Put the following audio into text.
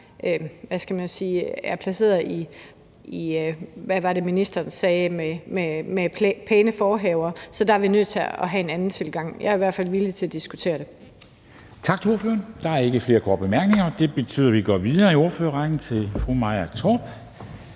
er udstyret med – hvad var det, ministeren sagde? – pæne forhaver, så der er vi nødt til at have en anden tilgang. Jeg er i hvert fald villig til at diskutere det. Kl. 14:38 Formanden (Henrik Dam Kristensen): Tak til ordføreren. Der er ikke flere korte bemærkninger, og det betyder, at vi går videre i ordførerrækken til fru Maja Torp,